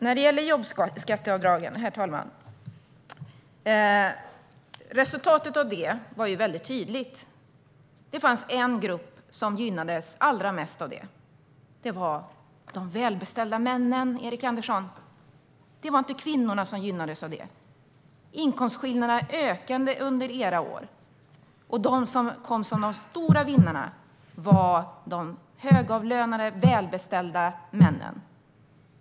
Herr talman! Resultatet av jobbskatteavdragen var tydligt. Det fanns en grupp som gynnades allra mest, nämligen de välbeställda männen, Erik Andersson! Det var inte kvinnorna som gynnades. Inkomstskillnaderna ökade under era år. De stora vinnarna var de högavlönade välbeställda männen.